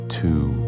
two